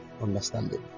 understanding